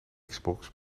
xbox